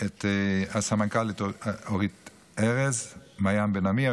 הסגנית אורית ארז ומעיין בן עמי,